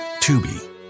Tubi